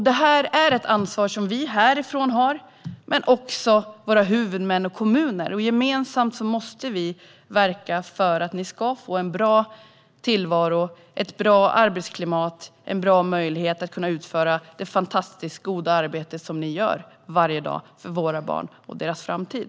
Detta är ett ansvar som vi här har men även våra huvudmän och kommuner. Gemensamt måste vi verka för att ni ska få en bra tillvaro, ett bra arbetsklimat och en bra möjlighet att kunna utföra det fantastiskt goda arbete som ni gör varje dag för våra barn och deras framtid.